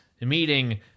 meeting